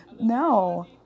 no